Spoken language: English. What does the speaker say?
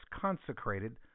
consecrated